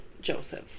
Joseph